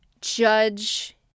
judge